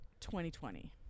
2020